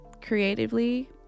creatively